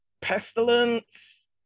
Pestilence